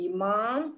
Imam